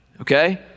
Okay